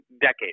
decades